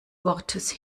wortes